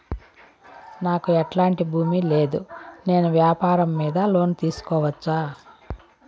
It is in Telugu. నాకు ఎట్లాంటి భూమి లేదు నేను వ్యాపారం మీద లోను తీసుకోవచ్చా?